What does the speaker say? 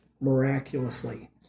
miraculously